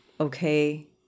okay